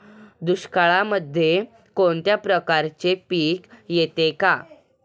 दुष्काळामध्ये कोणत्या प्रकारचे पीक येते का?